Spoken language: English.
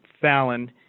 Fallon